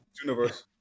Universe